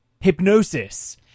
hypnosis